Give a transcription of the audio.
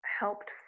helped